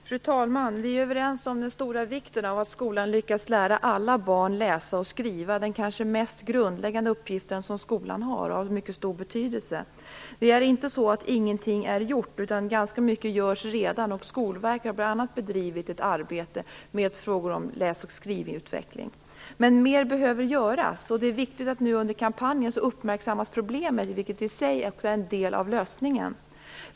Fru talman! Vi är överens om vikten av att skolan lyckas lära alla barn läsa och skriva - den kanske mest grundläggande uppgiften som skolan har, som är av mycket stor betydelse. Det är inte så att ingenting är gjort. Ganska mycket görs redan. Skolverket har bl.a. bedrivit ett arbete med frågor om läs och skrivutveckling. Men mer behöver göras. Det är viktigt att problemen uppmärksammas nu under kampanjen, vilket i sig är en del av lösningen.